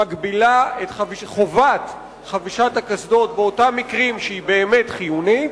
מגבילה את חובת חבישת הקסדות לאותם מקרים שבהם היא באמת חיונית,